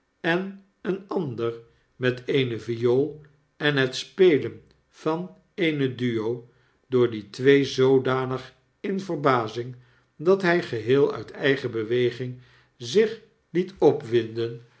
en een ander met eene viool en het spelen van eene duo door die twee zoodanig in verbazing dat hij geheel uit eigen beweging zich liet opwinden